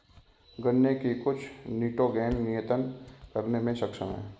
गन्ने की कुछ निटोगेन नियतन करने में सक्षम है